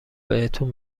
بهتون